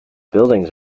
buildings